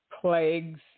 plagues